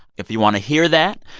if you want to hear that,